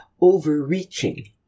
overreaching